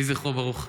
יהי זכרו ברוך.